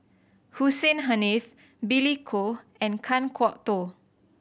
Hussein Haniff Billy Koh and Kan Kwok Toh